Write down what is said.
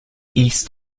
east